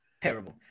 terrible